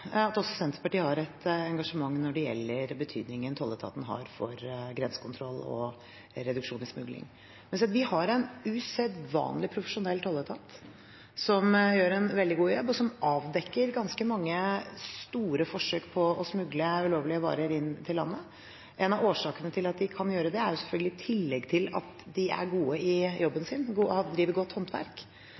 at også Senterpartiet har et engasjement når det gjelder betydningen tolletaten har for grensekontroll og reduksjon i smugling. Vi har en usedvanlig profesjonell tolletat som gjør en veldig god jobb og avdekker ganske mange store forsøk på å smugle ulovlige varer inn til landet. En av årsakene til at de kan gjøre det, er selvfølgelig, i tillegg til at de er gode i jobben sin, at de driver godt håndverk